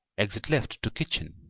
exit left to kitchen.